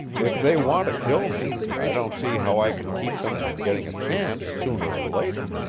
if they want to kill me, i don't see how i can keep them from getting a chance sooner or later.